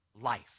life